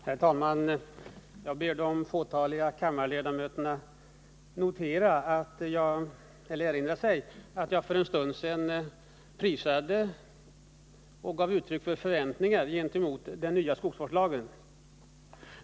Herr talman! Jag ber de fåtaliga kammarledamöterna erinra sig att jag för en stund sedan prisade den nya skogsvårdslagen och gav uttryck för förväntningar beträffande den.